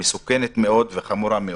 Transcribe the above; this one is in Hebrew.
מסוכנת וחמורה מאוד,